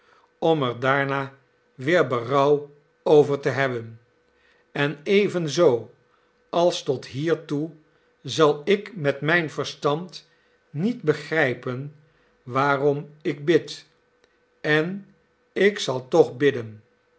om er daarna weer berouw over te hebben en evenzoo als tot hiertoe zal ik met mijn verstand niet begrepen waarom ik bid en ik zal toch bidden